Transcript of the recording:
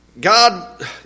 God